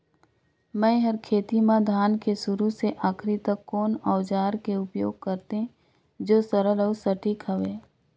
मै हर खेती म धान के शुरू से आखिरी तक कोन औजार के उपयोग करते जो सरल अउ सटीक हवे?